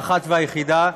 האחת והיחידה,